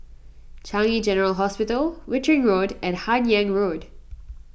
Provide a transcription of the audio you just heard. Changi General Hospital Wittering Road and Hun Yeang Road